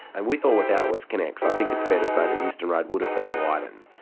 and with or without westconnex, i think it's fair to say that euston road would've been widened.